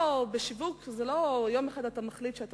בשיווק לא קורה שיום אחד אתה מחליט שאתה